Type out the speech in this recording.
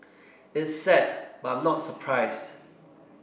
it's sad but I'm not surprised